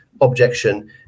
objection